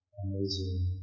amazing